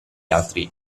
altri